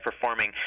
performing